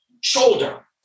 shoulder